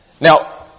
Now